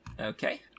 Okay